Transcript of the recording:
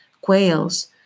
quails